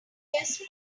just